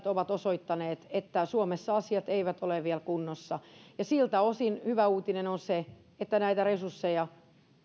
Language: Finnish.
ovat osoittaneet että suomessa asiat eivät ole vielä kunnossa ja siltä osin hyvä uutinen on se että näitä resursseja